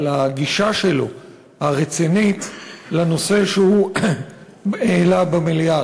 על הגישה הרצינית שלו לנושא שהוא העלה במליאה.